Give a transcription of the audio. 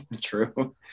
True